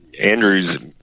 Andrew's